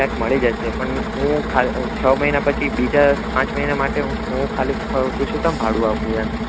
ક્યાંક મળી જશે પણ હું છ મહિના પછી બીજા પાંચ મહિના માટે હું ખાલી ખોટું શું કામ ભાડું આપું એમ